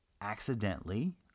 accidentally